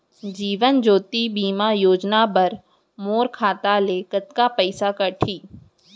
जीवन ज्योति बीमा योजना बर मोर खाता ले कतका पइसा कटही?